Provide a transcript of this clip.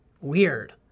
weird